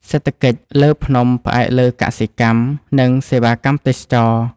សេដ្ឋកិច្ចលើភ្នំផ្អែកលើកសិកម្ម និងសេវាកម្មទេសចរណ៍។